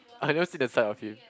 I never see the side of him